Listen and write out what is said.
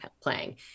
playing